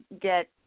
get